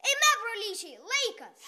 eime brolyčiai laikas